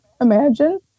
imagine